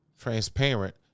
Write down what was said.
transparent